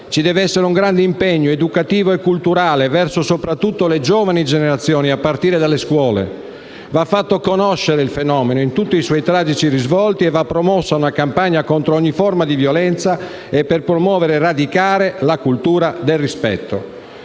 Ci deve essere un grande impegno educativo e culturale soprattutto verso le giovani generazioni, a partire dalle scuole. Va fatto conoscere il fenomeno, in tutti i suoi tragici risvolti, e va promossa una campagna contro ogni forma di violenza e per promuovere e radicare la cultura del rispetto.